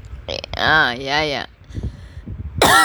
ah ya ya